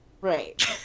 Right